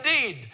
indeed